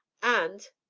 and,